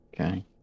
Okay